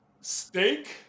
Steak